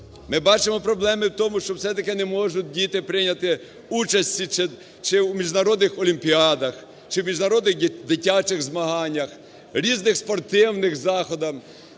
Ми бачимо проблеми в тому, що все-таки не можуть діти прийняти участі, чи у міжнародних олімпіадах, чи в міжнародних дитячих змаганнях, різних спортивних заходах